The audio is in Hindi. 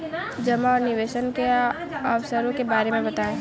जमा और निवेश के अवसरों के बारे में बताएँ?